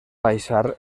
baixar